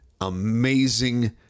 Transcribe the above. amazing